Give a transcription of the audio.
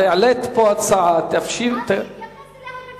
העלית פה הצעה, תאפשרי, אז שיתייחס אליה ברצינות.